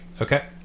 Okay